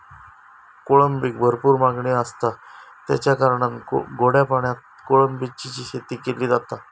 कोळंबीक भरपूर मागणी आसता, तेच्या कारणान गोड्या पाण्यात कोळंबीची शेती केली जाता